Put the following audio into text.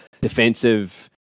defensive